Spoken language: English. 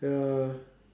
ya